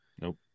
Nope